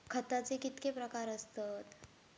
खताचे कितके प्रकार असतत?